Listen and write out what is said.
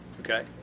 Okay